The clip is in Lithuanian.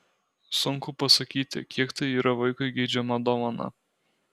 sunku pasakyti kiek tai yra vaikui geidžiama dovana